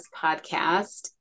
podcast